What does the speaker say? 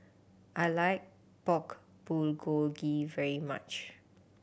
I like Pork Bulgogi very much